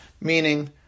meaning